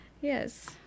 Yes